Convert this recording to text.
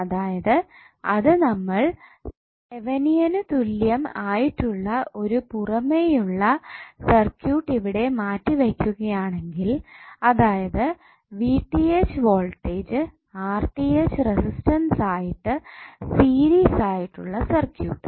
അതായത് അത് നമ്മൾ തെവനിയനു തുല്യം ആയിട്ടുള്ള ഒരു പുറമേയുള്ള സർക്യൂട്ട് ഇവിടെ മാറ്റി വയ്ക്കുകയാണെങ്കിൽ അതായത് വോൾടേജ് റെസിസ്റ്റൻസ് ആയിട്ട് സീരീസ് ആയിട്ടുള്ള സർക്യൂട്ട്